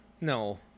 No